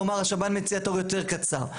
כלומר השב"ן מציע תור יותר קצר.